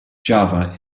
java